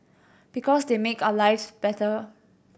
because they make our lives better